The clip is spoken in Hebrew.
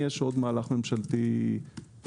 יש עוד מהלך ממשלתי משמעותי.